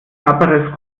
knapperes